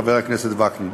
חבר הכנסת וקנין.